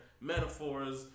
metaphors